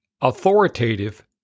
Authoritative